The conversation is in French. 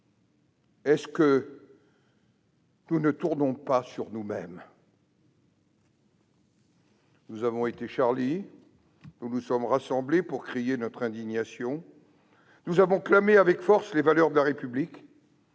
Ne tournons-nous pas sur nous-mêmes ? Nous avons « été Charlie »; nous nous sommes rassemblés pour crier notre indignation ; nous avons clamé avec force les valeurs de la République